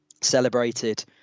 celebrated